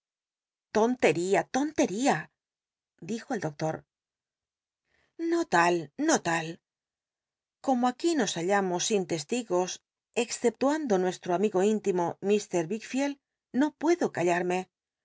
tontería tontería dijo el doctor no tal no tal como aquí nos hallamos sin testigos exceptuando nuestro amigo íntimo mr wickfield no puedo callarme